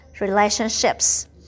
relationships